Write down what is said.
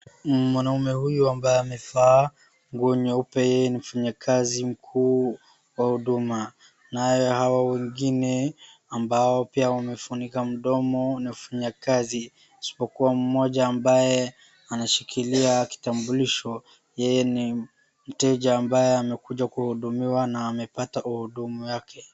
Mwaume huyu ambaye amevaa nguo nyeupe yeye ni mfanyakazi mkuu wa huduma, naye hawa wengine, ambao pia wamefunika mdomo ni wafanyakazi, isipokua mmoja ambaye anashikilia kitambulisho, yeye ni mteja ambaye amekuja kuhudumiwa na amepata uhudumu yake.